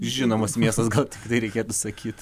žinomas miestas gal tikrai reikėtų sakyt